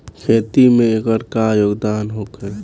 खेती में एकर का योगदान होखे?